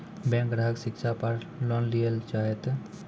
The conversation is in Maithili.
बैंक ग्राहक शिक्षा पार लोन लियेल चाहे ते?